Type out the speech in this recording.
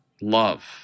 love